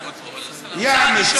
יעני,